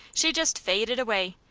she just faded away,